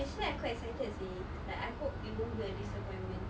actually I quite excited seh like I hope it won't be a disappointment